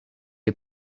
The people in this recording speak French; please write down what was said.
est